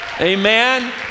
amen